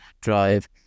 Drive